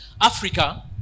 Africa